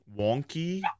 wonky